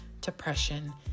depression